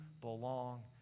belong